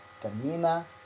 termina